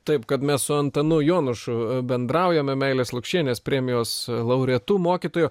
taip kad mes su antanu jonušu bendraujame meilės lukšienės premijos laureatu mokytoju